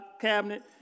cabinet